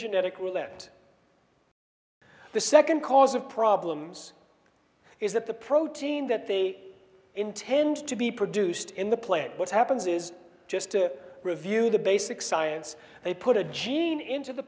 genetic roulette the second cause of problems is that the protein that they intend to be produced in the plant what happens is just to review the basic science they put a gene into the